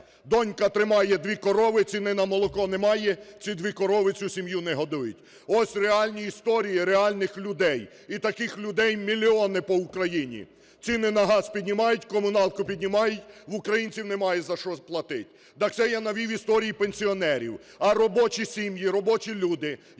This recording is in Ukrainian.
Донька тримає дві корови, ціни на молоко немає, ці дві корови цю сім'ю не годують. Ось реальні історії реальних людей. І таких людей мільйони по Україні. Ціни на газ піднімають, комуналку піднімають, в українців немає за що платить. Так це я навів історії пенсіонерів, а робочі сім'ї, робочі люди,